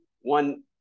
one